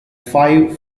five